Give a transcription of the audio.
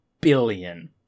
billion